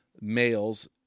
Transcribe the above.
males